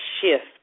shift